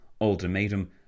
ultimatum